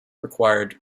required